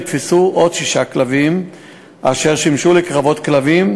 נתפסו עוד שישה כלבים אשר שימשו לקרבות כלבים,